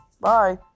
Bye